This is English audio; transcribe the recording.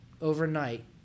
overnight